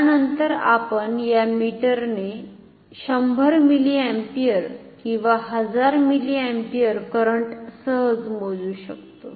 त्यानंतर आपण या मीटरने 100 मिलीअँपिअर किंवा 1000 मिलीअँपिअर करंट सहज मोजू शकतो